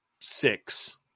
six